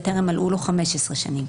וטרם מלאו לו 15 שנים".